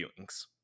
viewings